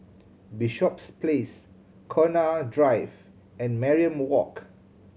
Bishops Place Connaught Drive and Mariam Walk